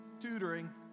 tutoring